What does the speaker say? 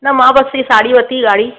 न मां बसि ई साढ़ी वरिती ॻाढ़ी